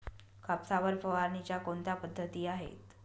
कापसावर फवारणीच्या कोणत्या पद्धती आहेत?